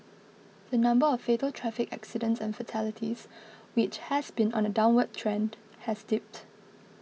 the number of fatal traffic accidents and fatalities which has been on a downward trend has dipped